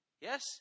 yes